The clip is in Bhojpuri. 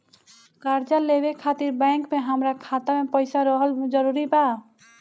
कर्जा लेवे खातिर बैंक मे हमरा खाता मे पईसा रहल जरूरी बा?